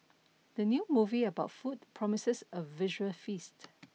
the new movie about food promises a visual feast